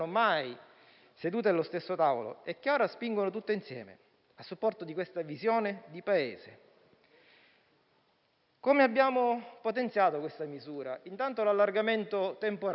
sedute allo stesso tavolo e che ora spingono tutte insieme a supporto di questa visione di Paese. Abbiamo potenziato questa misura con l'allargamento temporale: